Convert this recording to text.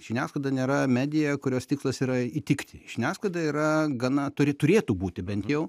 žiniasklaida nėra medija kurios tikslas yra įtikti žiniasklaida yra gana turi turėtų būti bent jau